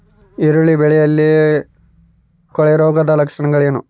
ಈರುಳ್ಳಿ ಬೆಳೆಯಲ್ಲಿ ಕೊಳೆರೋಗದ ಲಕ್ಷಣಗಳೇನು?